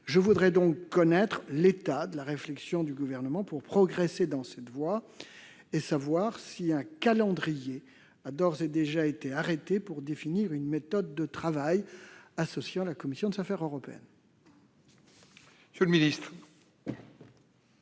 Je voudrais donc connaître l'état de la réflexion du Gouvernement pour progresser dans cette voie. Un calendrier a-t-il d'ores et déjà été arrêté pour définir une méthode de travail associant la commission des affaires européennes ? La parole est